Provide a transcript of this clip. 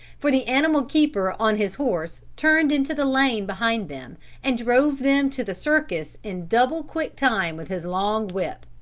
for the animal keeper on his horse turned into the lane behind them and drove them to the circus in double-quick time with his long whip.